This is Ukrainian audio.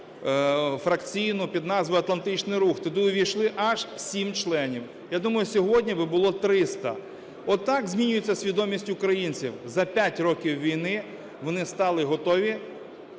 міжфракційну під назвою "Атлантичний рух", туди увійшли аж 7 членів. Я думаю, сьогодні було би 300. Отак змінюється свідомість українців: за 5 років війни вони стали готові